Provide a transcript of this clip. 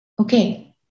okay